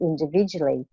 individually